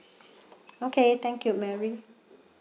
okay thank you marie